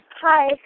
Hi